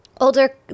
Older